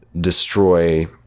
destroy